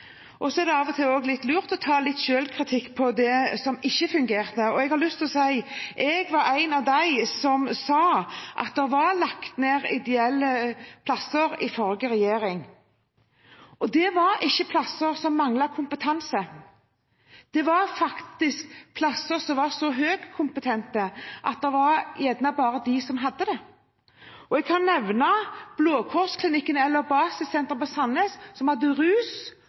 Så er det av og til også litt lurt å ta litt selvkritikk på det som ikke fungerte, og jeg har lyst til å si: Jeg var en av dem som sa at det var lagt ned ideelle plasser under forrige regjering. Det var ikke plasser som manglet kompetanse, det var faktisk plasser som var så høykompetente at det gjerne bare var dem som hadde det. Jeg kan nevne Blå Kors-klinikken, eller Basissenteret, i Sandnes, som hadde behandlingsplasser for rus